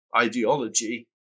ideology